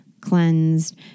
cleansed